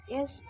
Yes